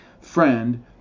Friend